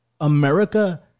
America